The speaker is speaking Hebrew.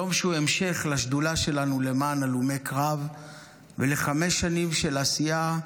יום שהוא המשך לשדולה שלנו למען הלומי קרב ולחמש שנים של עשייה.